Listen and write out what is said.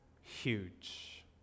huge